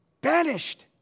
Banished